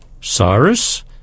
Cyrus